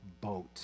boat